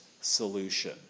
solution